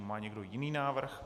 Má někdo jiný návrh?